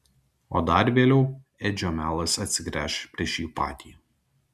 o dar vėliau edžio melas atsigręš prieš jį patį